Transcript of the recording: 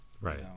right